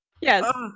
Yes